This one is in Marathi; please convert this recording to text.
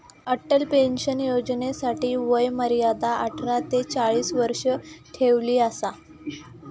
अटल पेंशन योजनेसाठी वय मर्यादा अठरा ते चाळीस वर्ष ठेवली असा